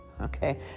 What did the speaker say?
okay